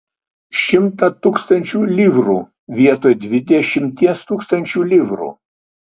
šimtą tūkstančių livrų vietoj dvidešimties tūkstančių livrų